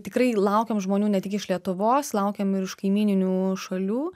tikrai laukiam žmonių ne tik iš lietuvos laukiam ir iš kaimyninių šalių